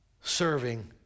serving